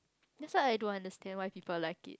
that's why I don't understand why people like it